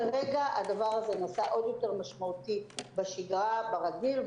כרגע הדבר הזה נעשה עוד יותר משמעותי בשגרה ברגיל.